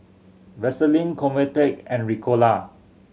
Vaselin Convatec and Ricola